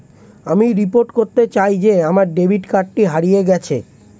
আমি রিপোর্ট করতে চাই যে আমার ডেবিট কার্ডটি হারিয়ে গেছে